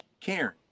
Karen